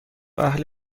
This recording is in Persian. اهل